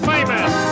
Famous